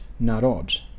narod